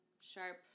sharp